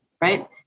right